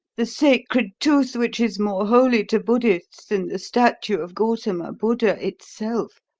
the sacred tooth which is more holy to buddhists than the statue of gautama buddha itself.